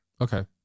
Okay